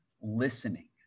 listening